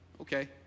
Okay